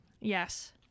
Yes